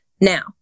Now